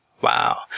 Wow